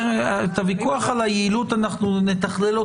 נתכלל את הוויכוח על היעילות פה.